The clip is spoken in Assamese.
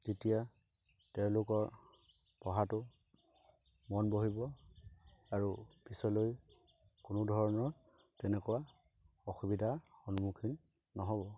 তেতিয়া তেওঁলোকৰ পঢ়াতো মন বহিব আৰু পিছলৈ কোনোধৰণৰ তেনেকুৱা অসুবিধা সন্মুখীন নহ'ব